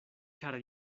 ĉar